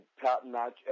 top-notch